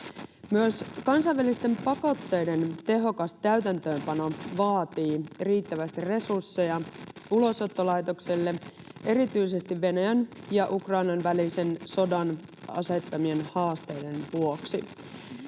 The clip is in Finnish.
Myös kansainvälisten pakotteiden tehokas täytäntöönpano vaatii riittävästi resursseja Ulosottolaitokselle erityisesti Venäjän ja Ukrainan välisen sodan asettamien haasteiden vuoksi.